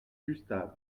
gustave